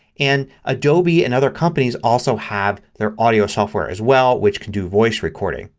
and adobe and other companies also have their audio software as well which can do voice recording.